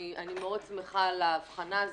מאוד שמחה על ההבחנה הזו.